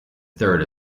third